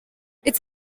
its